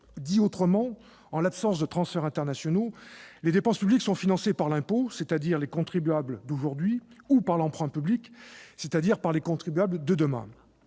Dit autrement, en l'absence de transferts internationaux, les dépenses publiques sont financées par l'impôt, c'est-à-dire les contribuables d'aujourd'hui, ou par l'emprunt public, c'est-à-dire les contribuables de demain.